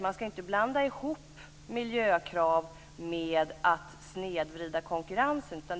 Man skall inte blanda ihop miljökrav med att snedvrida konkurrensen.